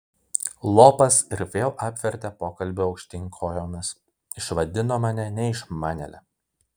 lopas ir vėl apvertė pokalbį aukštyn kojomis išvadino mane neišmanėle